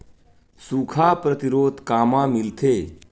सुखा प्रतिरोध कामा मिलथे?